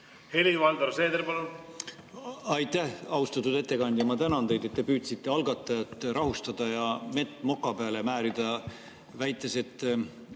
Helir-Valdor Seeder, palun! Aitäh! Austatud ettekandja, ma tänan teid, et te püüdsite algatajat rahustada ja mett moka peale määrida, väites,